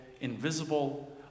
invisible